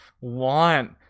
want